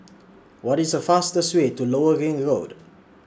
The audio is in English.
What IS The fastest Way to Lower Ring Road